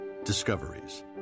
discoveries